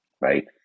Right